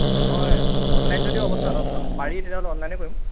অঁ মই অনলাইন যদি অৱস্থা পাৰি তেনেহ'লে অনলাইনে কৰিম